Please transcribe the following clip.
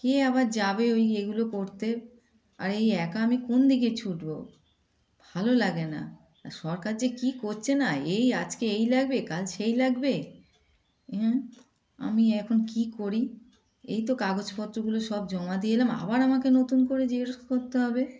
কে আবার যাবে ওই এগুলো করতে আর এই একা আমি কোন দিকে ছুটব ভালো লাগে না আর সরকার যে কী করছে না এই আজকে এই লাগবে কাল সেই লাগবে হঁ আমি এখন কী করি এই তো কাগজপত্রগুলো সব জমা দিয়ে এলাম আবার আমাকে নতুন করে জিজ্ঞেসা করতে হবে